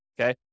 okay